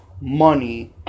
money